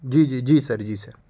جی جی جی سر جی سر